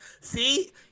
See